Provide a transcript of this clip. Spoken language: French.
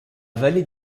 vallée